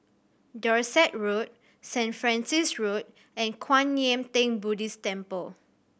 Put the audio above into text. Dorset Road Saint Francis Road and Kwan Yam Theng Buddhist Temple